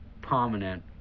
prominent